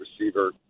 receiver